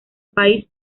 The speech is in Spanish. país